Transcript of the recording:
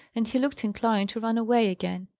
and he looked inclined to run away again.